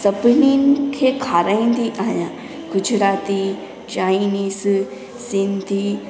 सभिनिनि खे खाराईंदी आहियां गुजराती चाइनीज़ सिंधी